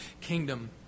kingdom